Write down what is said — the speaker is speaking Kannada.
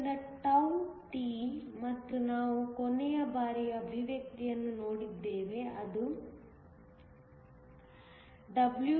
ಆದ್ದರಿಂದ τt ಮತ್ತು ನಾವು ಕೊನೆಯ ಬಾರಿ ಅಭಿವ್ಯಕ್ತಿಯನ್ನು ನೋಡಿದ್ದೇವೆ ಅದು WB22De